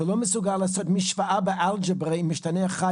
ולא מסוגל לעשות משוואה באלגברה עם משתנה אחד,